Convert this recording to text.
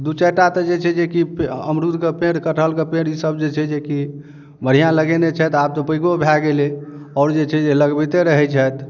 दू चारि टा तऽ जे छै जेकी अमरूद के पेड़ कठहल के पेड़ इसब जे छै जेकि बढ़िआँ लगेने छथि आब तऽ पैघो भऽ गेलै आओर जे छै लगबैते रहै छथि